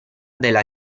della